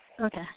Okay